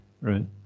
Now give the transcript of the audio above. right